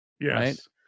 Yes